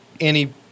any-